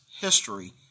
history